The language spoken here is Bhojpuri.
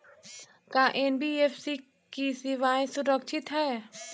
का एन.बी.एफ.सी की सेवायें सुरक्षित है?